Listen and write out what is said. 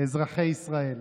אזרחי ישראל.